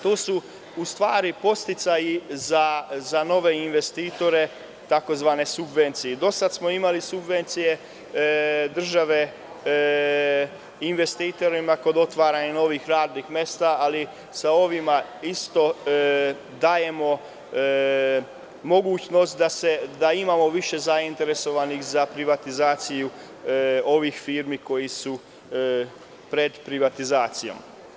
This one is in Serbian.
To su u stvari podsticaji za nove investitore, takozvane „subvencije“ i do sada smo imali subvencije države investitorima kod otvaranja novih radnih mesta, ali sa ovima isto dajemo mogućnost da imamo više zainteresovanih za privatizaciju ovih firmi koji su pred privatizacijom.